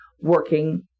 working